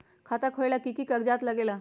खाता खोलेला कि कि कागज़ात लगेला?